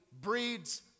breeds